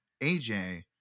AJ